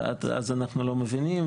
ועד אז אנחנו לא מבינים,